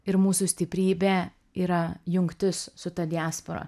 ir mūsų stiprybė yra jungtis su ta diaspora